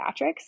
pediatrics